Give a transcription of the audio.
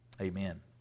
Amen